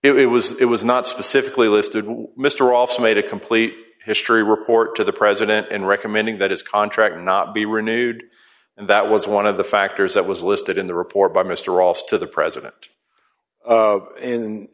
it was it was not specifically listed mr offs made a complete history report to the president and recommending that his contract not be renewed and that was one of the factors that was listed in the report by mr also to the president